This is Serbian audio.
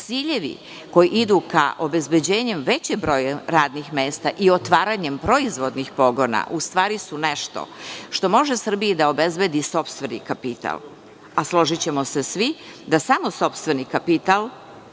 ciljevi koji idu ka obezbeđenjem većeg broja radnih mesta i otvaranjem proizvodnih pogona u stvari su nešto što može Srbiji da obezbedi sopstveni kapital. A složićemo se svi da samo sopstveni kapital